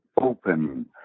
open